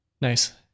Nice